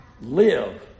Live